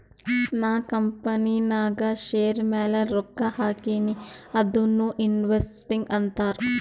ನಾ ಕಂಪನಿನಾಗ್ ಶೇರ್ ಮ್ಯಾಲ ರೊಕ್ಕಾ ಹಾಕಿನಿ ಅದುನೂ ಇನ್ವೆಸ್ಟಿಂಗ್ ಅಂತಾರ್